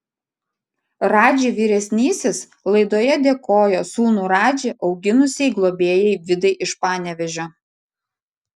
radži vyresnysis laidoje dėkojo sūnų radži auginusiai globėjai vidai iš panevėžio